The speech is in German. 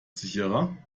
sicherer